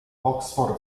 oxford